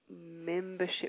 membership